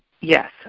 Yes